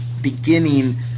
beginning